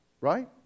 right